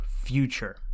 Future